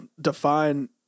define